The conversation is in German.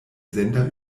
sender